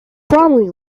bromley